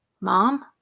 Mom